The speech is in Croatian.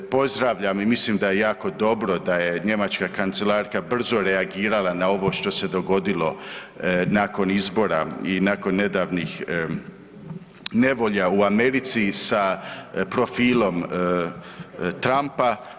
Pozdravljam i mislim da je jako dobro da je njemačka kancelarka brzo reagirala na ovo što se dogodilo nakon izbora i nakon nedavnih nevolja u Americi i sa profilom Trumpa.